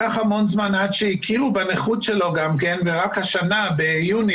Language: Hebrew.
לקח המון זמן עד שהכירו בנכות שלו ורק השנה ביוני,